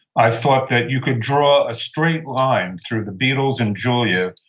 i thought that you could draw a straight line through the beatles and julia,